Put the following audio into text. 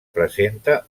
presenta